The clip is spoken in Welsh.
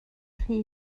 rhy